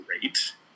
great